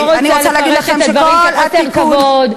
אני לא רוצה לפרש את הדברים כחוסר כבוד,